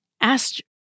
asked